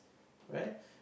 right